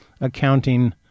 accounting